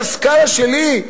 בסקאלה שלי,